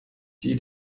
die